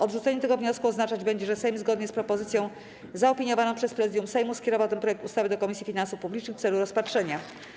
Odrzucenie tego wniosku oznaczać będzie, że Sejm, zgodnie z propozycją zaopiniowaną przez Prezydium Sejmu, skierował ten projekt ustawy do Komisji Finansów Publicznych w celu rozpatrzenia.